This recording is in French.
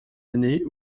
année